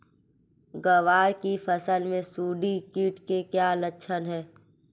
ग्वार की फसल में सुंडी कीट के क्या लक्षण है?